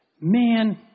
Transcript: man